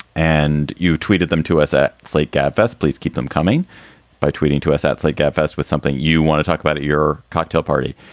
and you tweeted them to us at slate gab fest. please keep them coming by tweeting to us. that's like gabfests with something you want to talk about at your cocktail party.